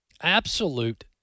absolute